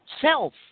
self